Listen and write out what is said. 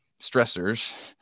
stressors